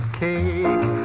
cake